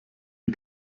die